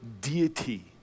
deity